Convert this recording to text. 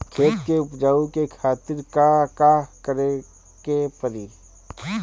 खेत के उपजाऊ के खातीर का का करेके परी?